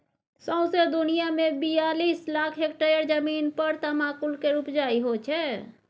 सौंसे दुनियाँ मे बियालीस लाख हेक्टेयर जमीन पर तमाकुल केर उपजा होइ छै